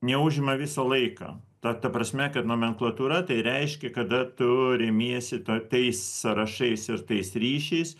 neužima visą laiką ta ta prasme kad nomenklatūra tai reiškia kada tu remiesi ta tais sąrašais ir tais ryšiais